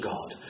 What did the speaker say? God